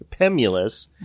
pemulus